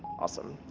awesome.